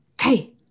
Hey